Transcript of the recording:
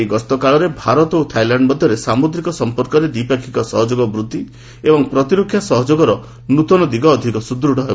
ଏହି ଗସ୍ତକାଳରେ ଭାରତ ଓ ଥାଇଲ୍ୟାଣ୍ଡ ମଧ୍ୟରେ ସାମ୍ବଦ୍ରିକ ସମ୍ପର୍କରେ ଦ୍ୱିପକ୍ଷୀୟ ସହଯୋଗ ବୃଦ୍ଧି ଏବଂ ପ୍ରତିରକ୍ଷା ସହଯୋଗର ନୃତନ ଦିଗ ଅଧିକ ସୁଦୃଢ଼ ହେବ